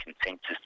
consensus